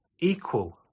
equal